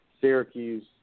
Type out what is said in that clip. Syracuse